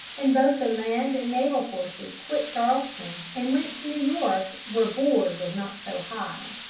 and both the land and naval forces quit charleston and went to new york, where board was not so high.